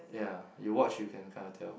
ya you watch you can kinda tell